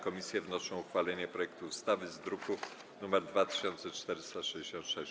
Komisje wnoszą o uchwalenie projektu ustawy z druku nr 2466.